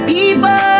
People